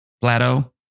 Plato